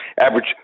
average